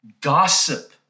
gossip